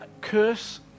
curse